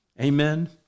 Amen